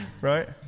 Right